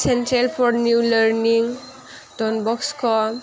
centre for new learning don bosco